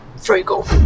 Frugal